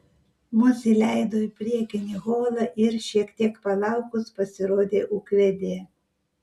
mus įleido į priekinį holą ir šiek tiek palaukus pasirodė ūkvedė